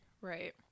right